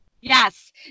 yes